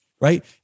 Right